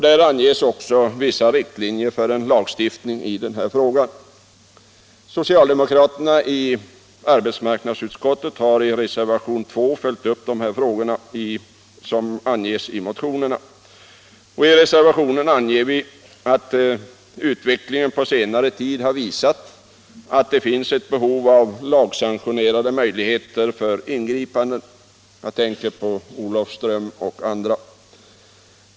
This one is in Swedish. Där anges också vissa riktlinjer för en lagstiftning i frågan. Socialdemokraterna i arbetsmarknadsutskottet har i reservationen 2 vid utskottets betänkande nr 26 följt upp dessa motioner. I reservationen framhåller vi att utvecklingen på senare tid har visat att det finns ett behov av möjligheter till lagsanktionerade ingripanden. Jag tänker bl.a. på Olofström.